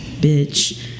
bitch